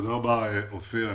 תודה רבה, אופיר.